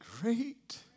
great